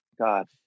God